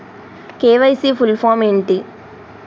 KYC full form ఏంటి?